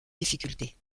difficultés